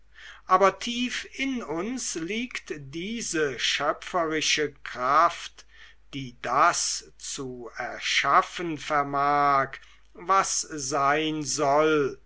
aber tief in uns liegt diese schöpferische kraft die das zu erschaffen vermag was sein soll